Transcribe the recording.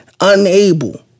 unable